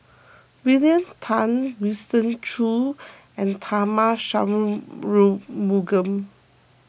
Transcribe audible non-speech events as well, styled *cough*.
William Tan Winston Choos and Tharman *unintelligible*